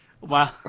Wow